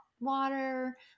Water